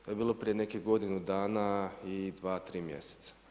To je bilo prije nekih godinu dana i dva, tri mjeseca.